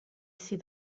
see